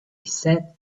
said